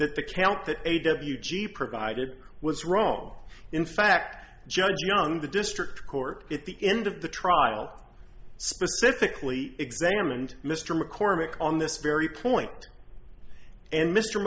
that the camp that a w g provided was wrong in fact judge young the district court at the end of the trial specifically examined mr mccormick on this very point and mr